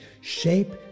shape